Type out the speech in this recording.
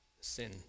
sin